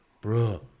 Bro